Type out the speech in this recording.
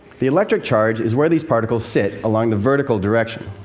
the electric charge is where these particles sit along the vertical direction.